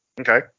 Okay